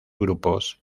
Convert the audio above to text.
grupos